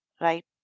right